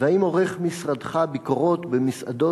4. האם עורך משרדך ביקורות במסעדות